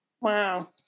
Wow